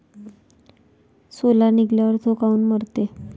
सोला निघाल्यावर थो काऊन मरते?